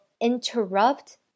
interrupt